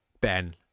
ben